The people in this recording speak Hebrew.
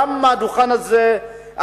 גם מהדוכן הזה,